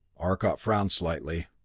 arcot frowned slightly.